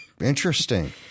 Interesting